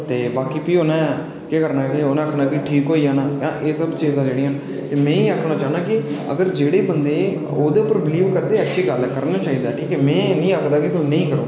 ते बाकी प्ही उ'नें केह् करना कि उ'नें आखना कि ठीक होई जाना एह् चीजां न जेह्ड़ियां में एह् आखना चाह्न्नां कि जेह्ड़े बंदे ओह्दे पर बिलीव करदे अच्छी गल्ल ऐ करना चाहिदा ऐ में में आखदे कि तुस नेईं करो